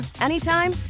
anytime